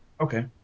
okay